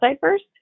first